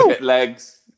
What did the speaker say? legs